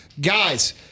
Guys